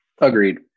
Agreed